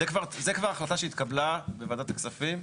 זו כבר החלטה שהתקבלה בוועדת הכספים.